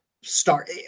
start